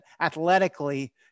athletically